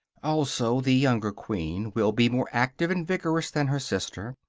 also, the younger queen will be more active and vigorous than her sister,